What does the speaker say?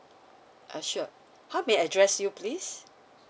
uh sure how may I address you please